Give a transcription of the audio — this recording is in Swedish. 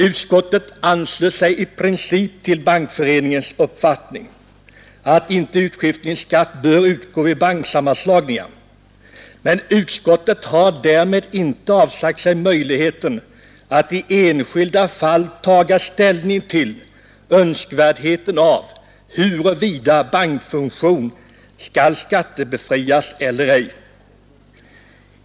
Utskottet anslöt sig i princip till Bankföreningens uppfattning att utskiftningsskatt inte bör utgå vid sammanslagningar, men därmed har utskottet inte avsagt sig möjligheten att i enskilda fall ta ställning till önskvärdheten av huruvida bankfusion skall skattebefrias eller ej.